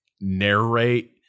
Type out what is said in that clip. narrate